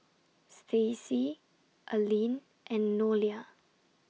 Stacy Alene and Nolia